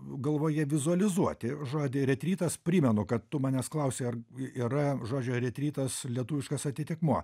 galvoje vizualizuoti žodį retritas primenu kad tu manęs klausei ar yra žodžio retrytas lietuviškas atitikmuo